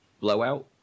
Blowout